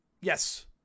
Yes